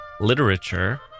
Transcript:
literature